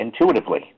intuitively